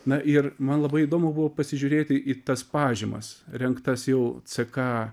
na ir man labai įdomu buvo pasižiūrėti į tas pažymas rengtas jau ck